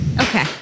Okay